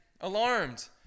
Alarmed